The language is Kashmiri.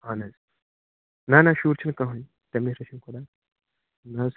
اَہَن حظ نہَ نہَ شُرۍ چھُ نہٕ کٕہٕنٛۍ تَمہِ نِش رٔچھِن خۄدا نہَ حظ